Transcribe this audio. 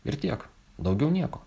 ir tiek daugiau nieko